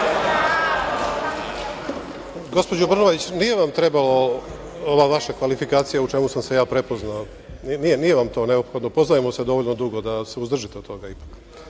Gospođo Brnabić, nije vam trebala ova vaša kvalifikacija u čemu sam se ja prepoznao. Nije vam to neophodno. Poznajemo se dovoljno dugo da se uzdržite od toga ipak. Nemam